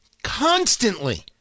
constantly